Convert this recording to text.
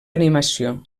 animació